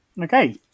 okay